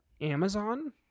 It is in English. Amazon